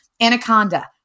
Anaconda